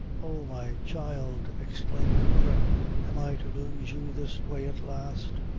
oh! my child! exclaimed her mother am i to lose you this way at last?